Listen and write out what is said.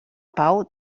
pau